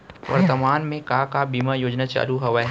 वर्तमान में का का बीमा योजना चालू हवये